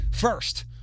First